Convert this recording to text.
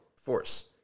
force